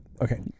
Okay